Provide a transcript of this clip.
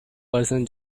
person